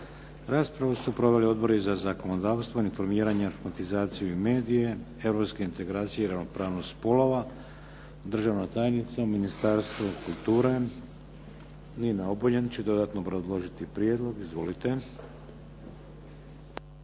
Raspravu su proveli odbori za zakonodavstvo, informiranje, informatizaciju i medije, europske integracije i ravnopravnost spolova. Državna tajnica u Ministarstvu kulture, Nina Obuljen, će dodatno obrazložiti prijedlog. Izvolite.